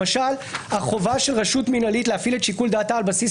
למשל החובה של רשות מינהלית להפעיל את שיקול דעתה על בסיס